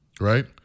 right